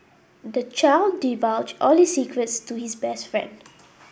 the child divulged all his secrets to his best friend